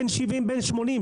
בן 70-80,